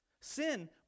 Sin